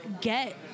get